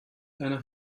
einer